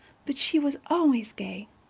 but she was always gay,